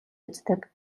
үздэг